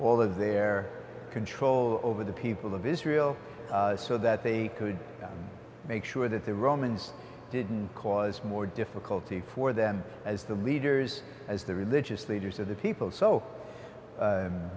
their their control over the people of israel so that they could make sure that the romans didn't cause more difficulty for them as the leaders as the religious leaders of the people so